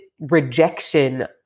rejection